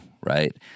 right